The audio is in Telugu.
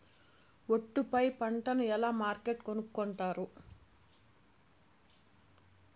ఒట్టు పై పంటను ఎలా మార్కెట్ కొనుక్కొంటారు?